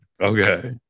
okay